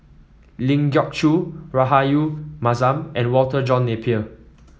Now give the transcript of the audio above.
Ling Geok Choon Rahayu Mahzam and Walter John Napier